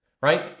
Right